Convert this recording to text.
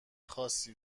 خاصی